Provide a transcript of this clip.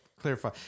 clarify